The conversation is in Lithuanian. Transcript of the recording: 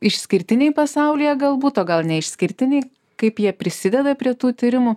išskirtiniai pasaulyje galbūt o gal ne išskirtiniai kaip jie prisideda prie tų tyrimų